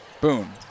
Boone